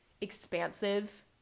expansive